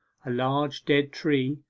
a large dead tree,